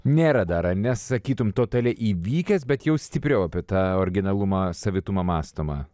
nėra dar ar ne sakytume totaliai įvykęs bet jau stipriau apie tą originalumą savitumą mąstoma